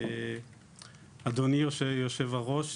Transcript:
אדוני יושב הראש,